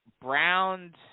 Browns